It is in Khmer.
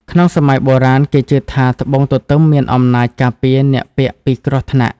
ក្នុងសម័យបុរាណ គេជឿថាត្បូងទទឹមមានអំណាចការពារអ្នកពាក់ពីគ្រោះថ្នាក់។